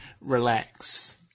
relax